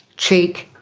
cheek,